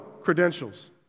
credentials